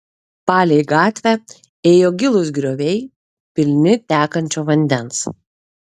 palei gatvę ėjo gilūs grioviai pilni tekančio vandens